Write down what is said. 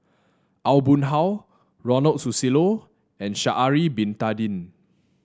Aw Boon Haw Ronald Susilo and Sha'ari Bin Tadin